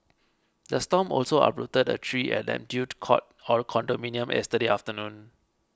the storm also uprooted a tree at Neptune Court condominium yesterday afternoon